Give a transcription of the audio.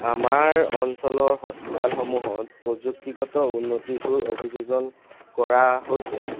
আমাৰ অঞ্চলৰ হস্পিটালসমূহত প্ৰযুক্তিগত উন্নতিবোৰ অভিযোজন কৰা হৈছে